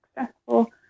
successful